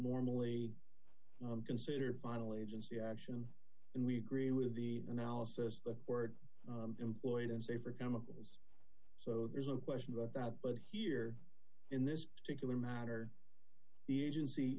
normally considered finally agency action and we agree with the analysis of the word employed and safer chemicals so there's no question about that but here in this particular matter the agency